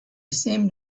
seemed